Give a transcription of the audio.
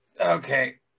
Okay